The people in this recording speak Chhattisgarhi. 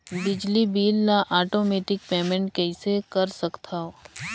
बिजली बिल ल आटोमेटिक पेमेंट कइसे कर सकथव?